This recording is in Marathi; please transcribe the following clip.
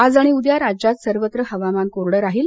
आज आणि उद्या राज्यात सर्वत्र हवामान कोरडं राहील